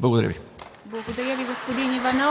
Благодаря Ви. (Бурни ръкопляскания